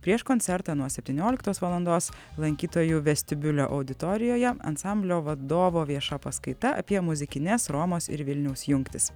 prieš koncertą nuo septynioliktos valandos lankytojų vestibiulio auditorijoje ansamblio vadovo vieša paskaita apie muzikines romos ir vilniaus jungtis